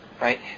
right